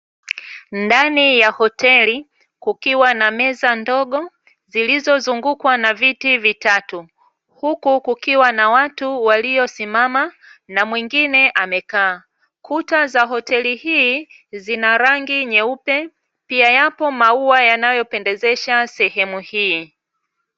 Ndani ya hoteli, kukiwa na meza ndogo zilizozungukwa na viti vitatu, huku kukiwa na watu waliosimama na mwingine amekaa, kuta za hoteli hii zina rangi nyeupe, pia yapo maua yanayopendezesha sehemu hii.